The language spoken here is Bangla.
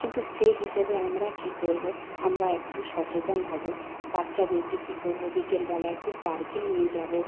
কিন্তু সে হিসেবে আমরা কী করব আমরা একটু সচেতন হব বাচ্চাদেরকে কী করব বিকেল বেলা একটু পার্কে নিয়ে যাব